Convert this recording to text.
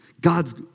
God's